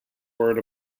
word